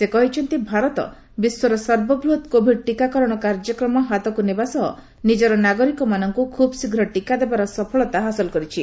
ସେ କହିଛନ୍ତି ଭାରତ ବିଶ୍ୱର ସର୍ବବୃହତ୍ କୋଭିଡ୍ ଟିକାକରଣ କାର୍ଯ୍ୟକ୍ରମ ହାତକୁ ନେବା ସହ ନିଜର ନାଗରିକମାନଙ୍କୁ ଖୁବ୍ଶୀଘ୍ର ଟିକା ଦେବାର ସଫଳତା ହାସଲ କରିଛି